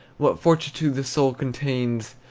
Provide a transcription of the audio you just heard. what fortitude the soul contains,